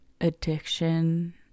addiction